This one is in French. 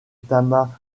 tama